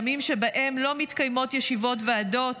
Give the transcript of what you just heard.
ימים שבהם לא מתקיימות ישיבות של ועדות,